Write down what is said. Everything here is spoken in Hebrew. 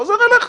חוזר אליך.